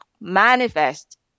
manifest